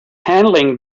handling